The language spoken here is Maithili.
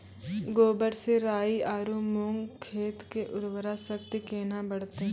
गोबर से राई आरु मूंग खेत के उर्वरा शक्ति केना बढते?